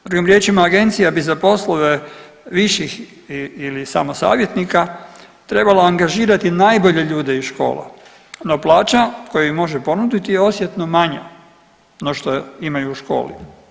Drugim riječima, agencija bi za poslove viših ili samo savjetnika trebala angažirati najbolje ljude iz škola, no plaća koju može ponuditi je osjetno manja no što je imaju u školi.